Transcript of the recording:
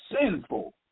sinful